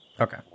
Okay